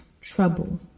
trouble